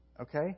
Okay